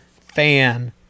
fan